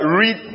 read